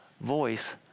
voice